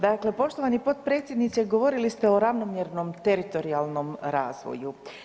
Dakle poštovani potpredsjedniče, govorili ste o ravnomjernom teritorijalnom razvoju.